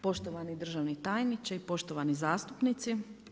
Poštovani državni tajniče, poštovani zastupnici.